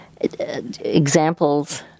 examples